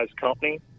company